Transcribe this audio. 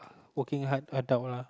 working hard adult lah